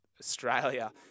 Australia